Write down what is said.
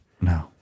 No